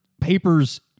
papers